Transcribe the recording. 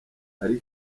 siyo